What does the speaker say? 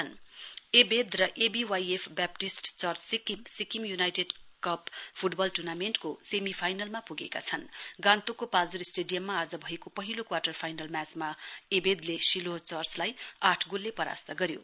football Ebed र ABYF Baptist church Sikkim Sikkim united cup football टुर्नामेण्टको semi फाइनलमा पुगेका छन् गान्तोकको पाल्जोर स्टेडियममा आज भएको पहिलो क्वाटर फाइनल म्याचमा एवेदले शिलोह चर्चलाई आठ गोलले परास्त गऱ्यो